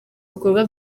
bikorwa